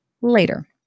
Later